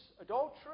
adultery